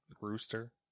rooster